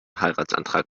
heiratsantrag